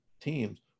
teams